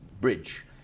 bridge